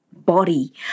body